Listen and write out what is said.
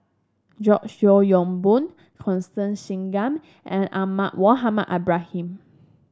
George Yeo Yong Boon Constance Singam and Ahmad Mohamed Ibrahim